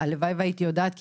הלוואי והייתי יודעת מה קרה,